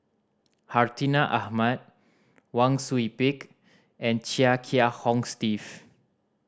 Hartinah Ahmad Wang Sui Pick and Chia Kiah Hong Steve